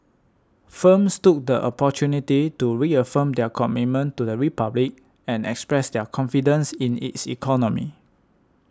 firms took the opportunity to reaffirm their commitment to the Republic and express their confidence in its economy